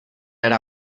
era